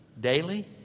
daily